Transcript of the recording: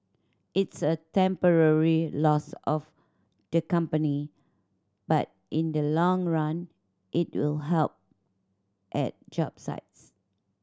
it's a temporary loss of the company but in the long run it will help at job sites